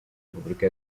repubulika